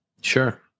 Sure